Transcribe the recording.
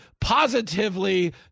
positively